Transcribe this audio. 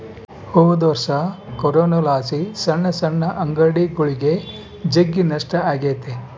ಹೊದೊರ್ಷ ಕೊರೋನಲಾಸಿ ಸಣ್ ಸಣ್ ಅಂಗಡಿಗುಳಿಗೆ ಜಗ್ಗಿ ನಷ್ಟ ಆಗೆತೆ